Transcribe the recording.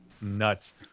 nuts